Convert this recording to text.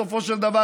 בסופו של דבר,